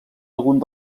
alguns